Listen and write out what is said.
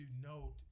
note